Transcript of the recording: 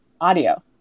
audio